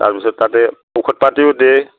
তাৰপিছত তাতে ঔষধ পাতিও দিয়ে